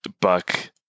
Buck